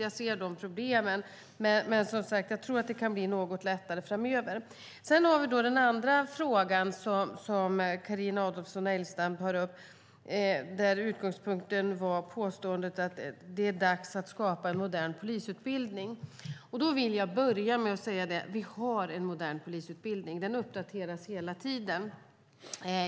Jag ser alltså problemen, men tror att det kan bli något lättare framöver. Sedan har vi den andra frågan som Carina Adolfsson Elgestam tar upp där utgångspunkten var påståendet att det är dags att skapa en modern polisutbildning. Jag vill börja med att säga att vi har en modern polisutbildning. Den uppdateras hela tiden.